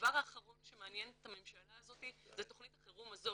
הדבר האחרון שמעניין את הממשלה הזאת זו תכנית החירום הזאת.